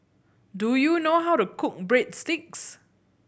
do you know how to cook Breadsticks